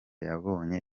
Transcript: yabonye